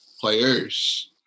Players